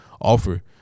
offer